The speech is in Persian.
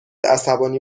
عصبانی